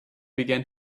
began